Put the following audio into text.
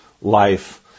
life